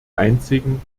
einzigen